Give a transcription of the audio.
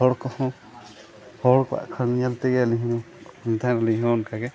ᱦᱚᱲ ᱠᱚᱦᱚᱸ ᱦᱚᱲ ᱠᱚᱣᱟᱜ ᱧᱮᱞ ᱛᱮᱜᱮ ᱟᱹᱞᱤᱧ ᱦᱚᱸᱞᱤᱧ ᱱᱮᱛᱟᱨ ᱟᱹᱞᱤᱧ ᱦᱚᱸ ᱚᱱᱠᱟᱜᱮ